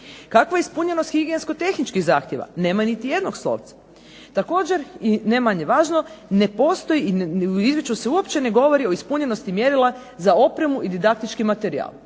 Kakva je ispunjenost higijensko-tehničkih zakona? Nema niti jednog slovca. Također, i ne manje važno, ne postoji i u izvješću se uopće ne govori o ispunjenosti mjerila za opremu i didaktički materijal.